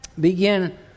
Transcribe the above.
begin